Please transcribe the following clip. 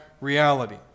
reality